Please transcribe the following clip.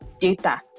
data